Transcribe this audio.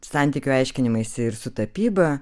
santykių aiškinimaisi ir su tapyba